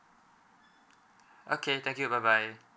okay thank you bye bye